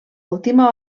última